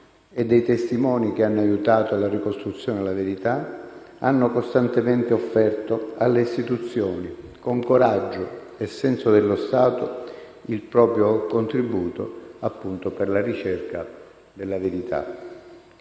e dei testimoni che hanno aiutato la ricostruzione della verità, hanno costantemente offerto alle istituzioni, con coraggio e senso dello Stato, il proprio contributo per la ricerca della verità.